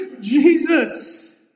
Jesus